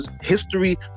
history